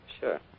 Sure